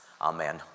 Amen